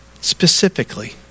Specifically